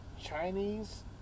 Chinese